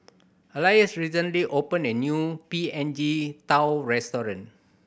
Alois recently opened a new P N G tao restaurant